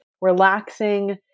relaxing